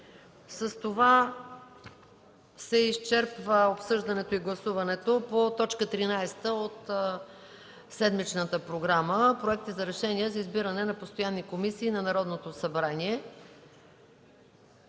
с това се изчерпва обсъждането и гласуването по т. 13 от седмичната програма – Проекти за решения за избиране на постоянни комисии на Народното събрание.